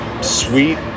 sweet